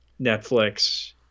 Netflix